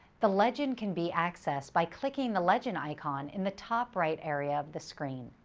the legend can be accessed by clicking the legend icon in the top right area of the screen.